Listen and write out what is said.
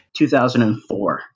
2004